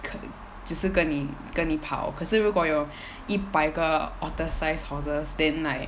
ke~ 只是跟你跟你跑可是如果有一百个 otter-sized horses then like